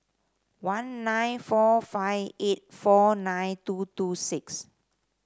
one nine four five eight four nine two two six